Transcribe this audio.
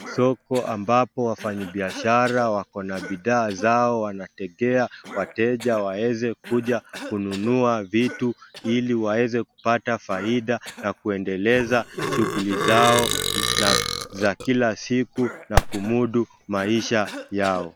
Soko ambapo wafanyabiashara wako na bidhaa zao, wanategea wateja waeze kuja kununua vitu ili waeze kupata faida na kuendeleza shughuli zao za kila siku na kumudu maisha yao.